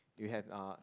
you have a